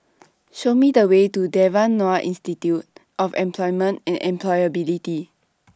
Show Me The Way to Devan Nair Institute of Employment and Employability